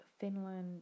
Finland